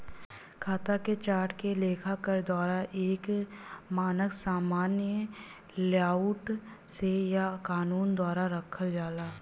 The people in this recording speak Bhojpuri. खाता के चार्ट के लेखाकार द्वारा एक मानक सामान्य लेआउट से या कानून द्वारा रखल जाला